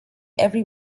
every